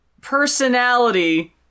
personality